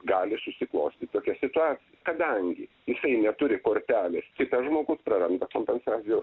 gali susiklostyt tokia situacija kadangi jisai neturi kortelės tai tas praranda kompensacijos